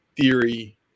theory